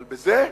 אבל בזה,